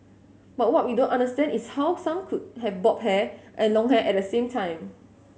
but what we don't understand is how some could have bob hair and long hair at the same time